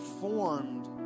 formed